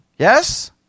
Yes